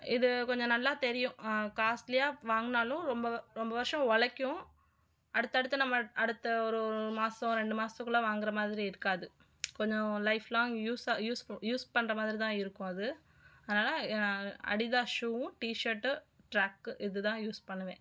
இது கொஞ்ச நல்லா தெரியும் காஸ்லியாக வாங்கினாலும் ரொம்ப ரொம்ப வருசம் உலைக்கும் அடுத்தடுத்து நம்ம அடுத்த ஒரு ஒரு மாசம் ரெண்டு மாசத்துக்குள்ளே வாங்கிற மாதிரி இருக்காது கொஞ்சம் லைஃப் லாங் யூஸ்ஸாக யூஸ் யூஸ் பண்ணுற மாதிரி தான் இருக்கும் அது அதனால் அடிதாஸ் ஷூவும் டீஷர்ட்டு டிராக்கு இது தான் யூஸ் பண்ணுவேன்